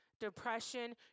depression